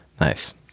nice